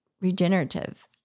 regenerative